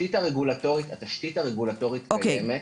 התשתית הרגולטורית קיימת.